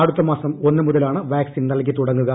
അടുത്ത മാസം ഒന്ന് മുതലാണ് വാക്സിൻ നൽകിത്തുടങ്ങുക